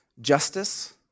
justice